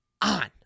On